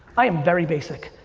i am very basic.